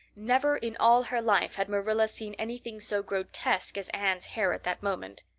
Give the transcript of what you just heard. never in all her life had marilla seen anything so grotesque as anne's hair at that moment.